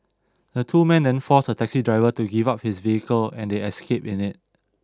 the two men then forced a taxi driver to give up his vehicle and they escaped in it